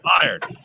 fired